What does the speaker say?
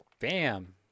Bam